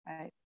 Right